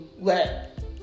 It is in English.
let